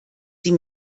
sie